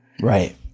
Right